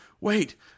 wait